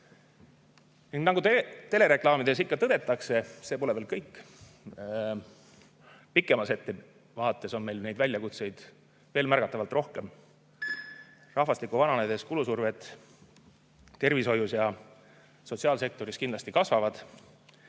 Nagu telereklaamides ikka tõdetakse, see pole veel kõik. Pikemas ettevaates on meil väljakutseid märgatavalt rohkem. Rahvastiku vananedes kulusurved tervishoius ja sotsiaalsektoris kindlasti kasvavad.